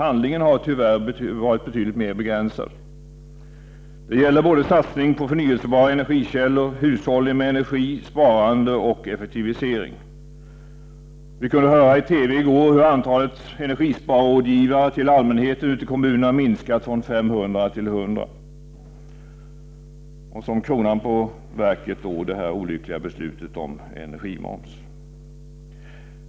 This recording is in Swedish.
Handlandet har tyvärr varit betydligt mer begränsat. Det gäller satsning på förnyelsebara energikällor, hushållning med energi, sparande och effektivisering. Vi kunde höra i TV i går hur antalet energisparrådgivare till allmänheten ute i kommunerna minskat från 500 till 100. Som kronan på verket har vi det olyckliga beslutet om energimoms.